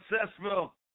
successful